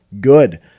Good